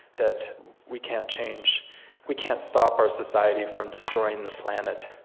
that we can't change we can't stop our society from destroying the planet,